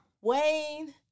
Wayne